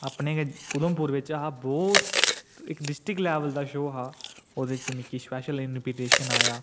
अपने गै उधमपुर बिच हा बहुत इक डिस्ट्रिक लेवल दा शोऽ हा ओह्दे च मिकी स्पैशल इन्वीटेशन आया